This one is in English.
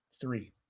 three